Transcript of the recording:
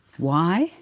why?